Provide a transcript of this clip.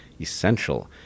essential